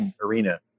arena